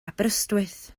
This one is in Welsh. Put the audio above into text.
aberystwyth